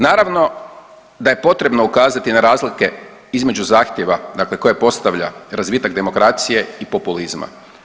Naravno da je potrebno ukazati na razlike između zahtjeve dakle koje postavlja razvitak demokracije i populizma.